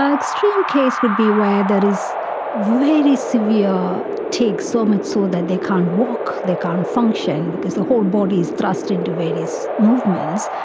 ah extreme case would be where there is very severe tics, so much so that they can't walk, they can't function because the whole body is thrust into various movements.